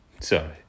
Sorry